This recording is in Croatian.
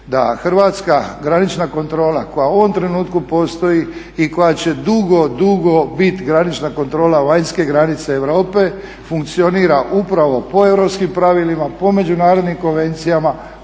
hrvatska granična kontrola koja u ovom trenutku postoji i koja će dugo, dugo biti granična kontrola vanjske granice Europe funkcionira upravo po europskim pravilima, po međunarodnim konvencijama,